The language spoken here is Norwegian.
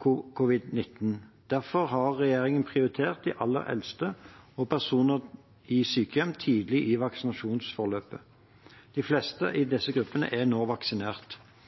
covid-19. Derfor har regjeringen prioritert de aller eldste og personer i sykehjem tidlig i vaksinasjonsforløpet. De fleste i disse gruppene er nå vaksinert.